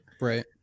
right